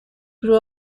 grew